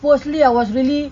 firstly I was really